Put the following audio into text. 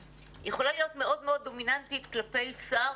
היא יכולה להיות דומיננטית מאוד כלפי שר,